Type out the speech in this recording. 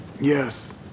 Yes